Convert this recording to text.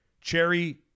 cherry